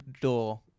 door